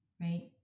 right